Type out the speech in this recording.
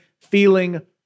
feeling